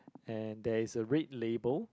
and there is a red label